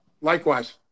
Likewise